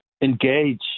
engage